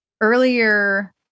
earlier